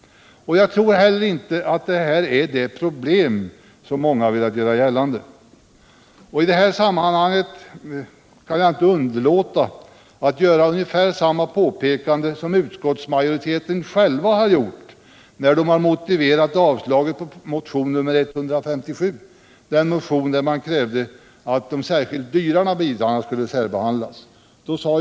Jag tror heller inte att detta är ett sådant problem som många vill göra gällande. I detta sammanhang kan jag inte underlåta att göra ungefär samma påpekande som utskottsmajoriteten själv har gjort när den har motiverat avslaget på motionen 157, i vilken man krävde att de särskilt dyra bilarna skulle särbehandlas.